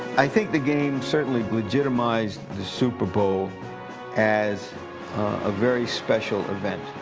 i think the game certainly legitimized the super bowl as a very special event.